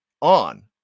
on